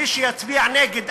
מי שיצביע נגד,